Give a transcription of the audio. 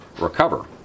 recover